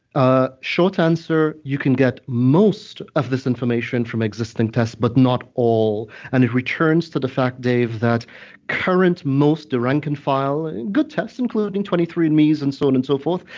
ah short answer, you can get most of this information from existing tests, but not all. and it returns to the fact, dave, that current most rank-and-file and good tests, including twenty three and andme's, and so on and so forth,